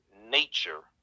nature